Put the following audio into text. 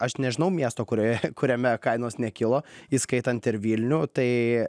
aš nežinau miesto kurioje kuriame kainos nekilo įskaitant ir vilnių tai